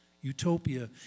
Utopia